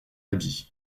habit